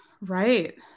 Right